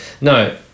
No